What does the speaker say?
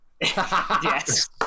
Yes